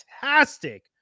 fantastic